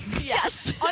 Yes